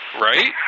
Right